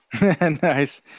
Nice